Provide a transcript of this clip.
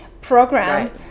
program